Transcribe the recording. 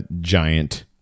giant